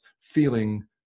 feeling